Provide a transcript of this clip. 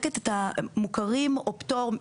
מוכרים או פטור,